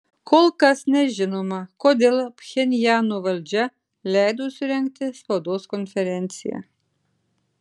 kol kas nežinoma kodėl pchenjano valdžia leido surengti spaudos konferenciją